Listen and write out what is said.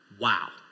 wow